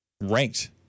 ranked